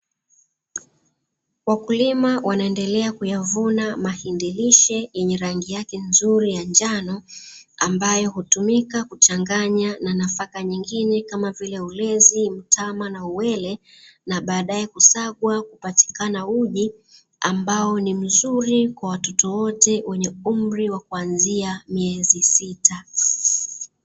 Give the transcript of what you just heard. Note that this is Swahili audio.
Wakulima wanaendelea kuyavuna mahindi lishe yenye rangi yake nzuri ya njano ambayo hutumika kuchanganya na nafaka nyingine kama vile ulezi, mtama na uwele na baadae kusagwa kupatikana uji ambao ni mzuri kwa watoto wote wenye umri wa kuanzia miezi sita.